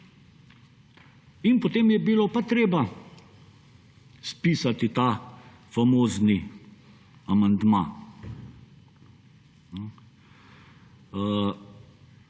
In potem je bilo pa treba spisati ta famozni amandma.